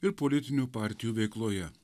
ir politinių partijų veikloje